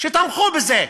שתמכו בזה.